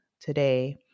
today